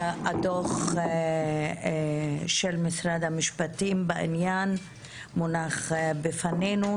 הדוח של משרד המשפטים בעניין מונח בפנינו.